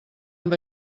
amb